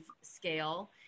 scale